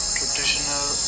traditional